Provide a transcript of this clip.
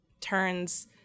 turns